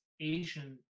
Asian